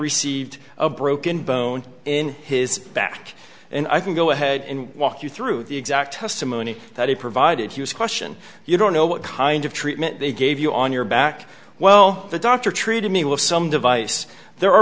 received a broken bone in his back and i can go ahead and walk you through the exact testimony that he provided he was question you don't know what kind of treatment they gave you on your back well the doctor treated me with some device there are